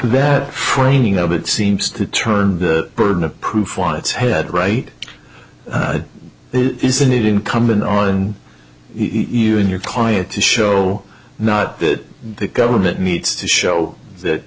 combat training of it seems to turn the burden of proof on its head right isn't it incumbent on you and your client to show not that the government needs to show that